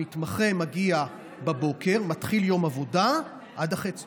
המתמחה מגיע בבוקר ומתחיל יום עבודה עד אחרי הצוהריים.